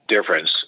difference